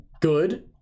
good